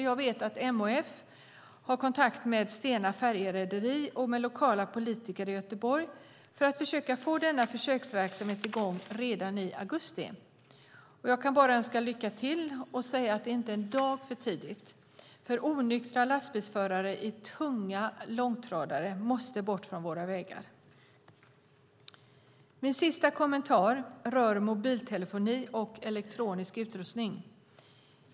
Jag vet att MHF har kontakt med Stena färjerederi och med lokala politiker i Göteborg för att försöka få denna försöksverksamhet i gång redan i augusti. Jag kan bara önska lycka till och säga att det inte är en dag för tidigt, för onyktra lastbilsförare i tunga långtradare måste bort från våra vägar. Min sista kommentar rör mobiltelefoni och elektronisk utrustning.